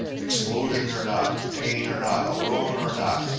explosion or not, pain or not, alone or not,